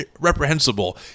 reprehensible